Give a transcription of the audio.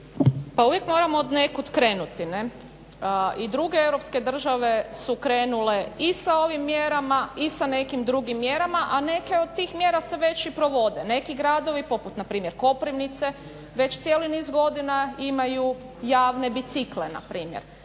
Pa uvijek moramo od nekud krenuti, ne. A i druge europske države su krenule i sa ovim mjerama i sa nekim drugim mjerama, a neke od tih mjera se već i provode. Neki gradovi poput npr. Koprivnice već cijeli niz godina imaju javne bicikle npr.